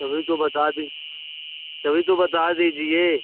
तभी तो बता दें तभी तो बता दीजिए